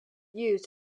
used